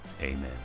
Amen